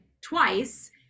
twice